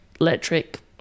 electric